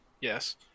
Yes